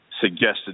suggested